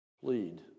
plead